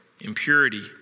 impurity